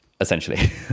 essentially